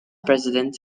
president